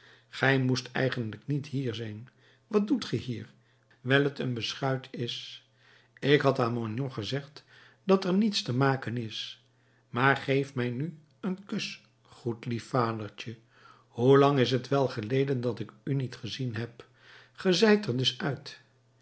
gij moest eigenlijk niet hier zijn wat doet ge hier wijl het een beschuit is ik had aan magnon gezegd dat er niets te maken is maar geef mij nu een kus goed lief vadertje hoe lang is t wel geleden dat ik u niet gezien heb ge zijt er dus uit